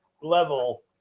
level